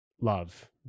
love